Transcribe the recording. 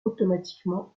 automatiquement